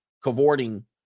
cavorting